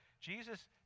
Jesus